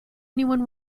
anyone